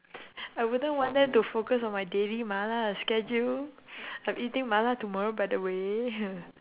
I wouldn't want them to focus on my daily mala schedule I'm eating mala tomorrow by the way